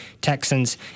Texans